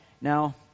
Now